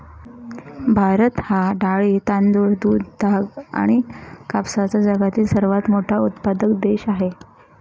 भारत हा डाळी, तांदूळ, दूध, ताग आणि कापसाचा जगातील सर्वात मोठा उत्पादक देश आहे